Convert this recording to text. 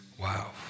Wow